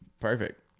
perfect